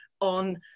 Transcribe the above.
On